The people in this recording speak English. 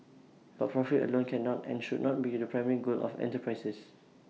but profit alone cannot and should not be the primary goal of enterprises